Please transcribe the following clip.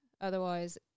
Otherwise